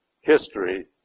history